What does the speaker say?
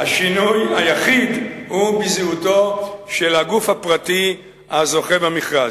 השינוי היחיד הוא בזהותו של הגוף הפרטי הזוכה במכרז.